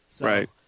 Right